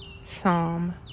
Psalm